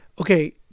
Okay